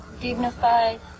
dignified